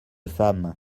femme